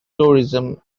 tourism